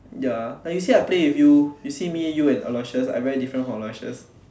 ya like you see I play with you you see me and you and Aloysius I very different from Aloysius